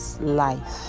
life